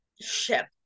ship